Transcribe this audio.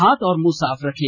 हाथ और मुंह साफ रखें